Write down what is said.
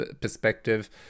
perspective